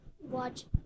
watch